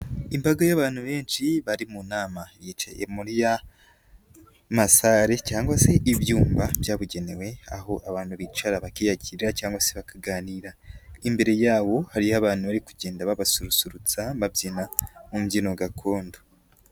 Imbaga y'abantu benshi bari mu nama yicaye muri ya masale cyangwa se ibyuma byabugenewe, aho abantu bicara bakiyakirira cyangwa se bakaganira, imbere yabo hari abantu bari kugenda babasusurutsa babyina mu mbyino gakondo.